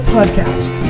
Podcast